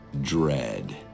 dread